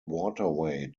waterway